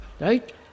Right